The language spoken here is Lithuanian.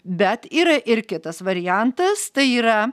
bet yra ir kitas variantas tai yra